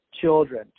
children